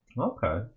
Okay